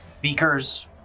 beakers